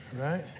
Right